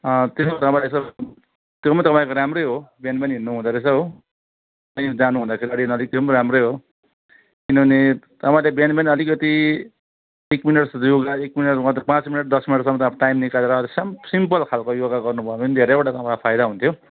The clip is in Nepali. अँ त्यो तपाईँ त्यो पनि तपाईँको राम्रै हो बिहान बिहान हिँड्नु हुँदो रहेछ हो जानु हुँदा नजिक नजिक त्यो पनि राम्रै हो किनभने तपाईँले बिहान बिहान अलिकति एक मिनट जस्तो चाहिँ योगा एक मिनट गर्दा पाँच मिनट दस मिनटसम्म त अब टाइम निकालेर सम् सिम्पल खालको योगा गर्नुभयो भने धेरैवाट तपाईँलाई फाइदा हुन्थ्यो